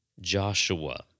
Joshua